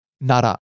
nara